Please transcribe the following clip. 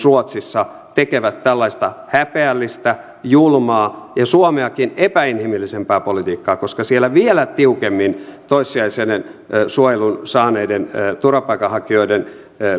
ruotsissa tekevät tällaista häpeällistä julmaa ja suomeakin epäinhimillisempää politiikkaa koska siellä vielä tiukemmin toissijaisen suojelun saaneiden turvapaikanhakijoiden